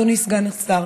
אדוני סגן השר,